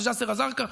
בג'יסר א-זרקא,